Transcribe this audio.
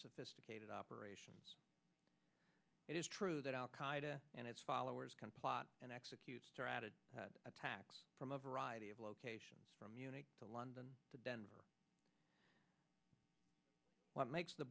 sophisticated operations it is true that al qaida and its followers can plot and execute attacks from a variety of locations from munich to london to denver what makes the